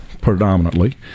predominantly